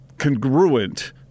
Congruent